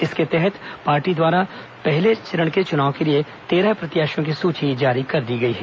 इसके तहत पार्टी द्वारा पहले चरण के चुनाव के लिए तेरह प्रत्याशियों की सूची जारी कर दी गई है